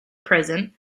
present